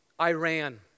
Iran